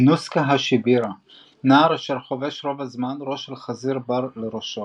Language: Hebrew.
אינוסקה האשיבירה נער אשר חובש רוב הזמן ראש של חזיר בר לראשו.